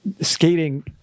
skating